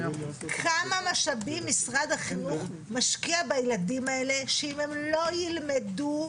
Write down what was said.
כמה משאבים משרד החינוך משקיע בילדים האלה שאם הם לא ילמדו,